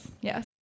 yes